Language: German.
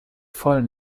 voll